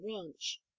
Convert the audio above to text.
ranch